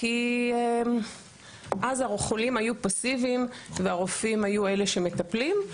כי אז החולים היו פסיביים והרופאים היו אלה שמטפלים,